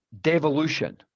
devolution